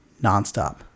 nonstop